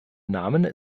namen